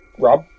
Rob